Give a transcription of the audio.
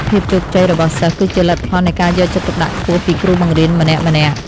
ភាពជោគជ័យរបស់សិស្សគឺជាលទ្ធផលនៃការយកចិត្តទុកដាក់ខ្ពស់ពីគ្រូបង្រៀនម្នាក់ៗ។